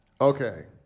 Okay